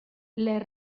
les